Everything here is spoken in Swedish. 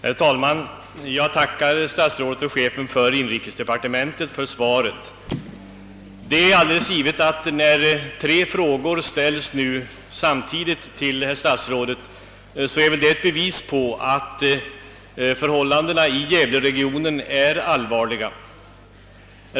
Herr talman! Jag tackar statsrådet och chefen för inrikesdepartementet för svaret. När tre frågor samtidigt ställes till herr statsrådet är detta alldeles givet ett bevis på att förhållandena i gävleregionen är allvarliga.